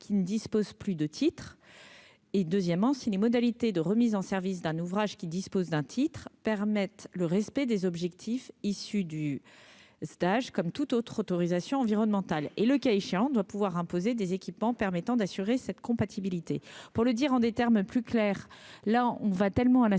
qui ne dispose plus de titres et deuxièmement si les modalités de remise en service d'un ouvrage qui dispose d'un titre permettent le respect des objectifs issue du stage, comme toute autre autorisation environnementale et le cas échéant, doit pouvoir imposer des équipements permettant d'assurer cette compatibilité pour le dire en des termes plus clairs, là on va tellement à la simplicité